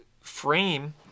frame